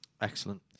excellent